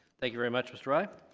thank you very much mr. rye,